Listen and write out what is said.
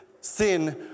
sin